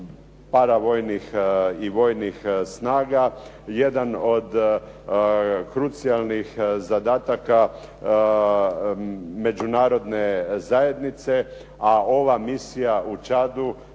paravojnih i vojnih snaga jedan od krucijalnih zadataka međunarodne zajednice a ova misija u Čadu